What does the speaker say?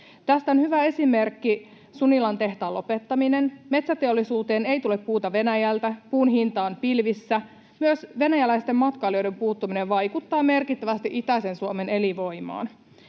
Tästä on hyvä esimerkki Sunilan tehtaan lopettaminen. Metsäteollisuuteen ei tule puuta Venäjältä, puun hinta on pilvissä. Myös venäläisten matkailijoiden puuttuminen vaikuttaa merkittävästi itäisen Suomen elinvoimaan.